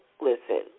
listen